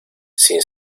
sin